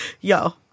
yo